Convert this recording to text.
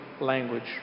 language